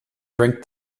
drink